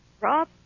Rob